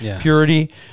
Purity